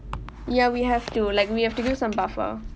ya we have to like we have to do some buffer